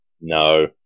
no